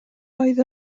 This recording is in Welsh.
oedd